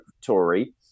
Tory